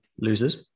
losers